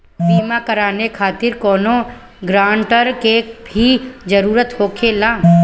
बीमा कराने खातिर कौनो ग्रानटर के भी जरूरत होखे ला?